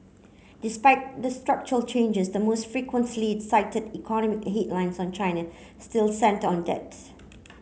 despite the structural changes the most frequently cited economic headlines on China still centre on debts